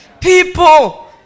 People